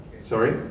sorry